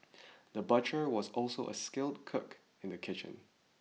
the butcher was also a skilled cook in the kitchen